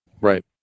Right